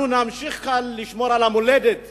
אנחנו נמשיך לשמור על המולדת